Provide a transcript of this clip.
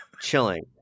chilling